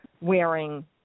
wearing